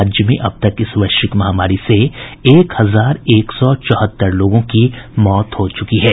रज्य में अब तक इस वैश्विक महामारी से एक हजार एक सौ चौहत्तर लोगों की मौत हुई है